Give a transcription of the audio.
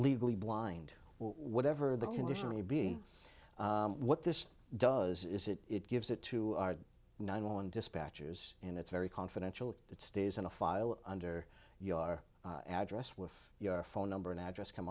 legally blind whatever the condition really be what this does is it it gives it to our nine one dispatchers and it's very confidential it stays in a file under your address with your phone number and address come